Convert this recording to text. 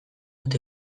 dut